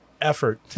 effort